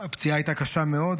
הפציעה הייתה קשה מאוד,